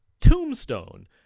Tombstone